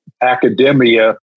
academia